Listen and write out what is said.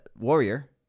Warrior